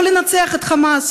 לא לנצח את חמאס,